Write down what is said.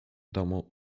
domu